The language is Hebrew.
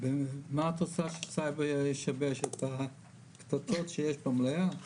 מה את עושה שסייבר ישבש את הקטטות שיש במליאה.